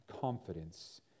confidence